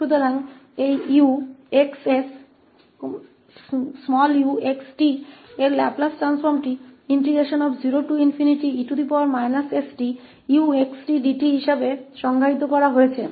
तो यह 𝑈𝑥 𝑠 𝑢𝑥𝑡 के लाप्लास ट्रांसफॉर्म को 0e stuxtdt के रूप में परिभाषित किया गया है